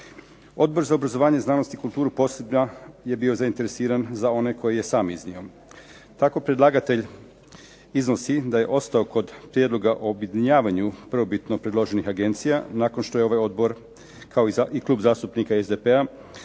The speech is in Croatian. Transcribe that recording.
Odbor za obrazovanje, znanost i kulturu posebno je bio zainteresiran za one koje je sam iznio. Tako predlagatelj iznosi da je ostao kod prijedloga o objedinjavanju prvobitno predloženih agencija nakon što je ovaj odbor, kao i klub zastupnika SDP-a,